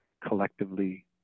collectively